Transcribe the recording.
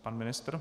Pan ministr?